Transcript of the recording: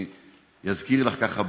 אני אזכיר לך ככה,